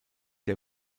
der